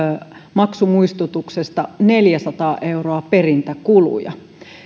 maksumuistutuksesta neljäsataa euroa perintäkuluja